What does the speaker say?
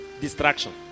Distraction